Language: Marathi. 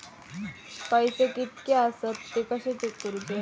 पैसे कीतके आसत ते कशे चेक करूचे?